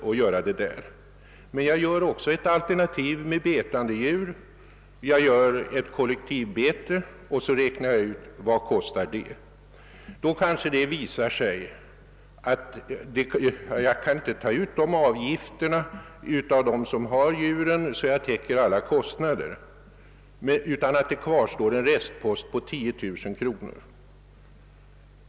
Men man undersöker också vad ett alternativ med betande djur, ett kollektivbete, kostar. Det kanske då visar sig att man inte av dem, som äger djuren, kan ta ut avgifter som täcker alla kostnader, utan det kvarstår en restpost på 10 000 kronor.